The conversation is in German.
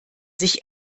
sich